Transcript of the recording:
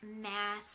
mass